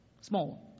small